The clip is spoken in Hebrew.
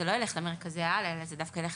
זה לא ילך למרכזי העל אלא זה דווקא ילך